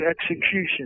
execution